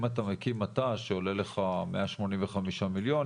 אם אתה מקים מט"ש שעולה לך 185 מיליון,